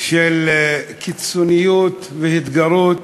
של קיצוניות והתגרות